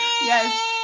yes